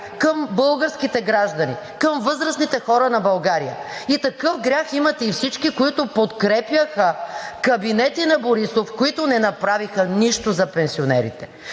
към българските граждани, към възрастните хора на България. Такъв грях имат и всички, които подкрепяха кабинети на Борисов, които не направиха нищо за пенсионерите.